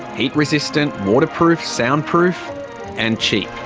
heat resistant, waterproof, soundproof and cheap.